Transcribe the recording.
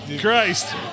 Christ